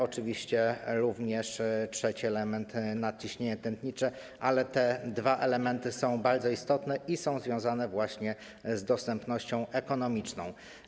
Oczywiście również trzeci element to nadciśnienie tętnicze, ale to te dwa elementy są bardzo istotne i związane właśnie z dostępnością ekonomiczną.